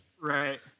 Right